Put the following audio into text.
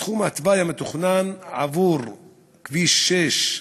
בתחום התוואי המתוכנן עבור כביש 6,